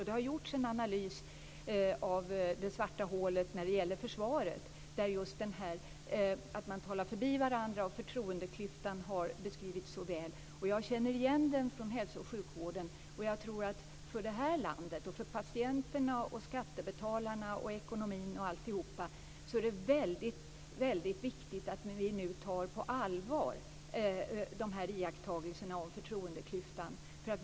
Det har gjorts en analys av det svarta hålet när det gäller försvaret där just detta att man talar förbi varandra och förtroendeklyftan har beskrivits så väl. Jag känner igen detta från hälso och sjukvården. Jag tror att det är väldigt viktigt för det här landet, för patienterna, för skattebetalarna, för ekonomin osv. att vi nu tar de här iakttagelserna om förtroendeklyftan på allvar.